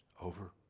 over